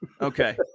okay